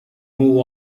moved